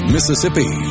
Mississippi